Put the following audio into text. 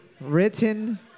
written